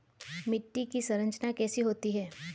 मिट्टी की संरचना कैसे होती है?